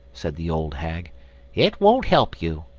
said the old hag it won't help you.